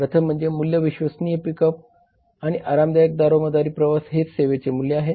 प्रथम म्हणेज मूल्य विश्वसनीय पिक अप आणि आरामदायक दारोदारी प्रवास हे सेवेचे मूल्य आहे